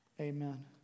Amen